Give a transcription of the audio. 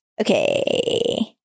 Okay